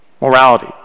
morality